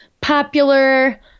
popular